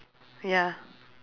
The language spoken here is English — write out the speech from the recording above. ya